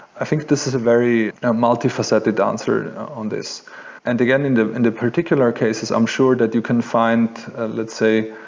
i think this is a very multifaceted ah answer on this and again and and particular cases, i'm sure that you can find let's say,